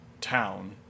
town